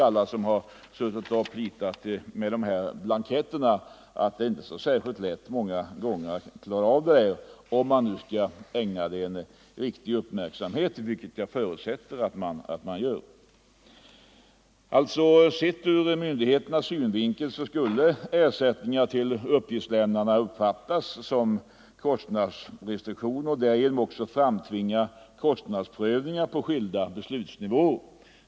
Alla som har suttit och plitat med de här blanketterna vet att det inte alltid är så särskilt lätt att klara av detta arbete, om-man nu skall ägna det tillbörlig uppmärksamhet, vilket jag förutsätter att man gör. 1" Sett ur myndigheternas synvinkel skulle alltså ersättningar till uppgiftslämnarna uppfattas som kostnadsrestriktioner och därigenom också framtvinga kostnadsprövningar på skilda beslutsnivåer.